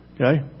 Okay